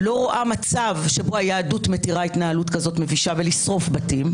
לא רואה מצב שבו היהדות מתירה התנהלות כזו מבישה ולשרוף בתים,